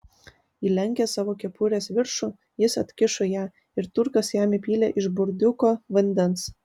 įlenkęs savo kepurės viršų jis atkišo ją ir turkas jam įpylė iš burdiuko vandens